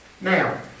Now